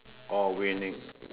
all winning